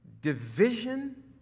Division